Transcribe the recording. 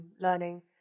learning